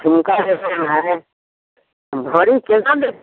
झुमका लेना है भरी केना देत